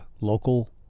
local